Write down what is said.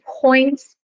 points